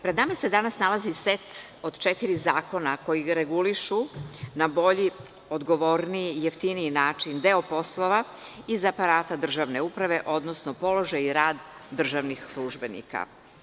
Pred nama se danas nalazi set od četiri zakona koji regulišu na bolji, odgovorniji i jeftiniji način deo poslova iz aparata državne uprave, odnosno položaj i rad državnih službenika.